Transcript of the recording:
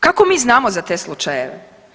Kako mi znamo za te slučajeve?